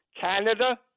Canada